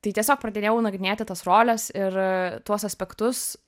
tai tiesiog pradėjau nagrinėti tas roles ir tuos aspektus